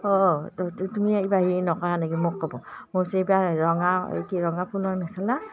অঁ তুমি এইবাৰ হেৰি নেকি মোক ক'ব মোৰ এইবাৰ ৰঙা এই কি ৰঙা ফুলৰ মেখেলা